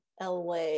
LA